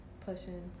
pushing